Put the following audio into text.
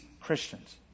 Christians